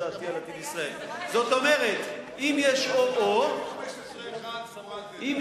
זאת אומרת, אם יש או, או,